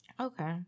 Okay